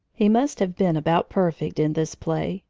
he must have been about perfect in this play,